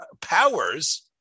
powers